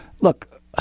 look